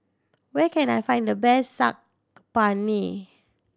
where can I find the best Saag Paneer